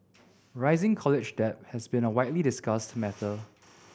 rising college debt has been a widely discussed matter